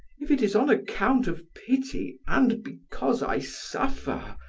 if it is on account of pity and because i suffer,